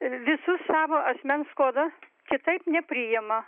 visus savo asmens kodą kitaip nepriima